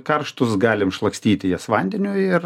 karštus galim šlakstyti jas vandeniu ir